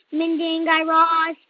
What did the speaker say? mindy and guy raz